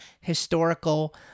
historical